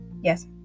yes